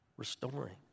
restoring